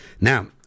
Now